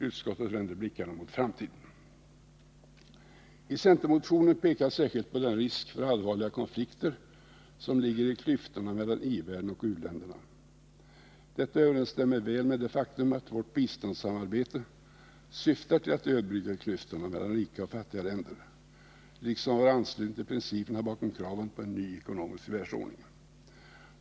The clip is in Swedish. Utskottet vänder blickarna mot framtiden. I centermotionen pekas särskilt på den risk för allvarliga konflikter som ligger i klyftorna mellan i-världen och u-länderna. Detta överensstämmer väl med det faktum att vårt biståndssamarbete syftar till att överbrygga klyftorna mellan rika och fattiga länder, liksom med vår anslutning till principerna bakom kraven på en ny ekonomisk världsordning.